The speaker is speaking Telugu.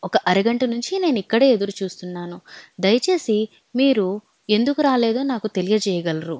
ఒక అరగంట నుంచి నేను ఇక్కడే ఎదురుచూస్తున్నాను దయచేసి మీరు ఎందుకు రాలేదో నాకు తెలియజేయగలరు